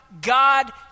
God